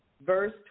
verse